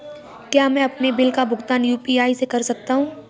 क्या मैं अपने बिल का भुगतान यू.पी.आई से कर सकता हूँ?